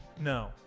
No